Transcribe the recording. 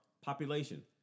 Population